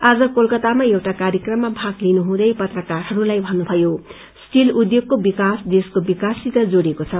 आज कलकतामा एउटा कार्यक्रममा भाग लिनुहुँदै पत्रकारहरूलाई भन्नुभयो स्टील उयोगको विकास देशको विकाससित जोड़िएको छ